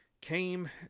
came